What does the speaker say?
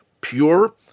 pure